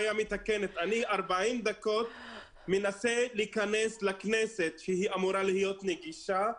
אני 40 דקות מנסה להיכנס לכנסת שהיא אמורה להיות נגישה,